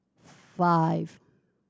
five